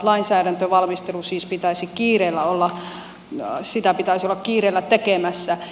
lainsäädäntövalmistelua siis pitäisi olla kiireellä tekemässä